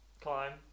Climb